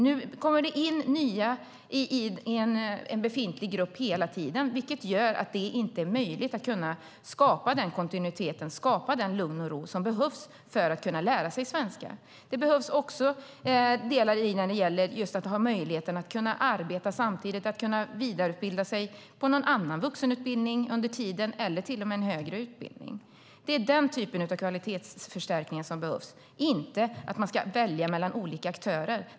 Nu kommer det hela tiden in nya studerande i en befintlig grupp, vilket gör att det inte är möjligt att skapa den kontinuitet och lugn och ro som behövs för att kunna lära sig svenska. Vidare måste det vara möjligt att arbeta samtidigt, att vidareutbilda sig på någon annan vuxenutbildning eller på en högre utbildning. Det är den typen av kvalitetsförstärkningar som behövs, inte att man ska välja mellan olika aktörer.